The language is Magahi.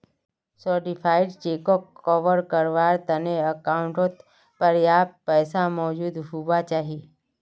सर्टिफाइड चेकोक कवर कारवार तने अकाउंटओत पर्याप्त पैसा मौजूद हुवा चाहि